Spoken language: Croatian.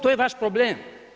To je vaš problem.